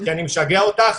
כי אני משגע אותך,